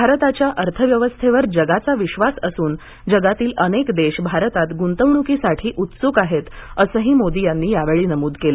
भारताच्या अर्थव्यवस्थेवर जगाचा विश्वास असून जगातील अनेक देश भारतात गुंतवणुकीसाठी उत्सुक आहेत असंही मोदी यांनी यावेळी नमूद केलं